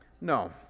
No